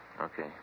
okay